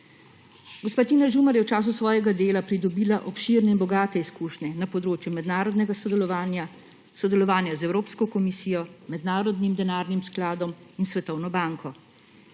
Gospa Tina Žumer je v času svojega dela pridobila obširne in bogate izkušnje na področju mednarodnega sodelovanja, sodelovanja z Evropsko komisijo, Mednarodnim denarnim skladom in Svetovno banko.